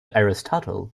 aristotle